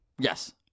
yes